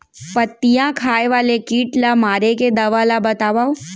पत्तियां खाए वाले किट ला मारे के दवा ला बतावव?